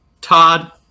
Todd